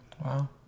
Wow